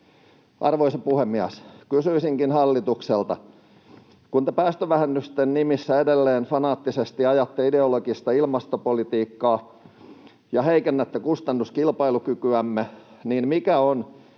Arvoisa puhemies! Kysyisinkin hallitukselta: kun te päästövähennysten nimissä edelleen fanaattisesti ajatte ideologista ilmastopolitiikkaa ja heikennätte kustannuskilpailukykyämme, niin mikä on